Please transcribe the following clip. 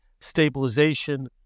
stabilization